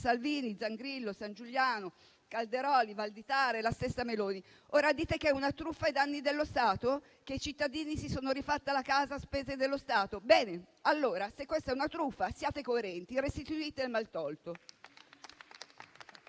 Salvini, Zangrillo, Sangiuliano, Calderoli, Valditara e la stessa Meloni. Ora dite che è una truffa ai danni dello Stato? Che i cittadini si sono rifatti la casa a spese dello Stato? Bene, allora, se questa è una truffa, siate coerenti e restituite il maltolto.